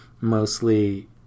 mostly